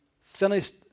finished